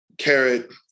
carrot